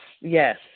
yes